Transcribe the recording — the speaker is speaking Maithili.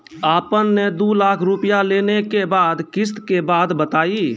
आपन ने दू लाख रुपिया लेने के बाद किस्त के बात बतायी?